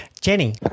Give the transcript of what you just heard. Jenny